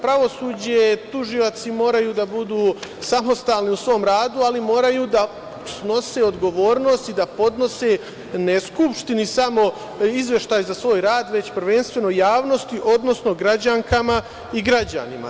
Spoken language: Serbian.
Pravosuđe i tužioci moraju da budu samostalni u svom radu, ali moraju da snose odgovornost i da podnose, ne Skupštini samo izveštaj za svoje rad, već prvenstveno javnosti, odnosno građankama i građanima.